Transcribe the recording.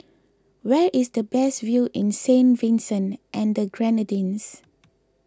where is the best view in Saint Vincent and the Grenadines